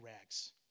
rags